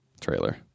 trailer